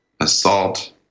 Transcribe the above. assault